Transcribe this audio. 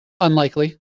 Unlikely